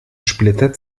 splitter